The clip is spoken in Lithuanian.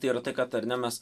tai yra tai kad ar ne mes